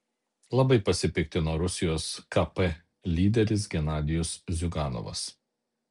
labai pasipiktino rusijos kp lyderis genadijus ziuganovas